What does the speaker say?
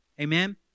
Amen